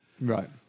right